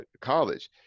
college